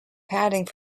padding